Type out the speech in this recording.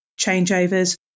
changeovers